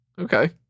Okay